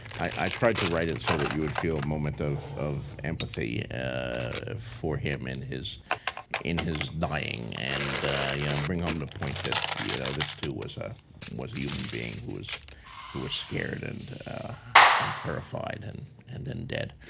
i tried to write it so that you would feel a moment of of empathy for him in his in his dying and you know um bring home the point that you know this, too, was ah was a human being who was scared and and terrified and and then dead.